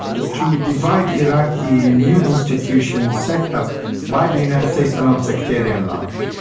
ah to divide iraqi new institutions set up by the united states along sectarian lines.